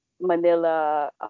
Manila